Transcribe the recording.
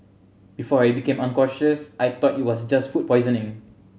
before I became unconscious I thought it was just food poisoning